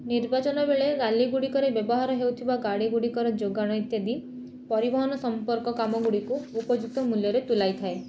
ନିର୍ବାଚନ ବେଳେ ରାଲି ଗୁଡି଼କରେ ବ୍ୟବହାର ହେଉଥିବା ଗାଡି଼ ଗୁଡି଼କର ଯୋଗାଣ ଇତ୍ୟାଦି ପରିବହନ ସମ୍ପକ କାମ ଗୁଡି଼କୁ ଉପଯୁକ୍ତ ମୂଲ୍ୟରେ ତୁଲାଇଥାଏ